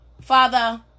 Father